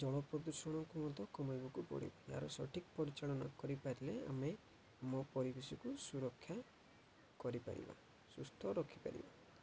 ଜଳ ପ୍ରଦୂଷଣକୁ ମଧ୍ୟ କମେଇବାକୁ ପଡ଼ିବ ଏହାର ସଠିକ୍ ପରିଚାଳନା କରିପାରିଲେ ଆମେ ଆମ ପରିବେଶକୁ ସୁରକ୍ଷା କରିପାରିବା ସୁସ୍ଥ ରଖିପାରିବା